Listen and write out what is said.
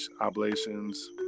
oblations